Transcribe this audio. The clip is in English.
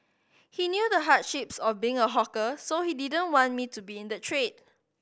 he knew the hardships of being a hawker so he didn't want me to be in the trade